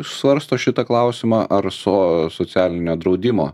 svarsto šitą klausimą ar so socialinio draudimo